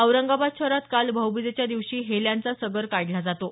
औरंगाबाद शहरात काल भाऊबिजेच्या दिवशी हेल्यांचा सगर काढला जातो